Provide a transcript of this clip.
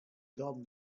doubt